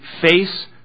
face